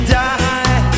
die